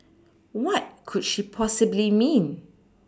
what could she possibly mean